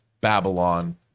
Babylon